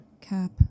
Cap